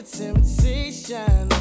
temptation